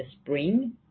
spring